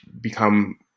become